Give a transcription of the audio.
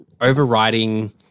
overriding